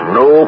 no